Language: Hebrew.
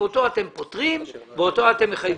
אותו אתם פוטרים ואותו אתם מחייבים.